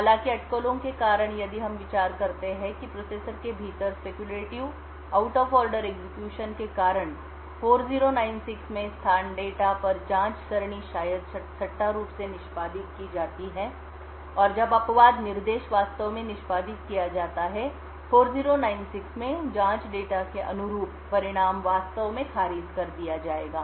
हालांकि अटकलों के कारण और यदि हम विचार करते हैं कि प्रोसेसर के भीतर speculative out of order execution के कारण 4096 में स्थान डेटा पर जांच सरणी शायद सट्टा रूप से निष्पादित की जाती है और जब अपवाद निर्देश वास्तव में निष्पादित किया जाता है 4096 में जांच डेटा के अनुरूप परिणाम वास्तव में खारिज कर दिया जाएगा